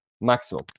Maximum